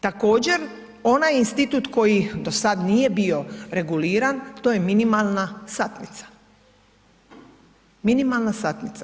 Također onaj institut koji do sada nije bio reguliran to je minimalna satnica, minimalna satnica.